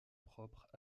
propres